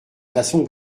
façons